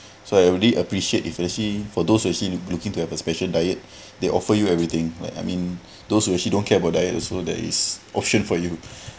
so I really appreciate if let's say for those actually look~ looking to have a special diet they offer you everything like I mean those who actually don't care about diet also that is option for you